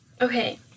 okay